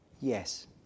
yes